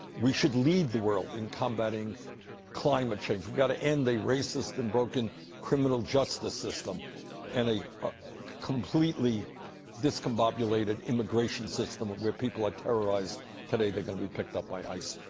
we should lead the world in combating climate change. we got to end the racist and broken criminal justice system and a completely discombobulated immigration system where people are like terrorized today, they're going to be picked up by ice.